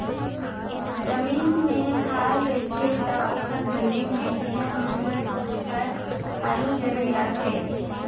जमीन में हाल रहिथे त ओखर गरमी में बिहन मन हर हालू जरई आथे